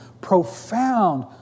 profound